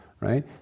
right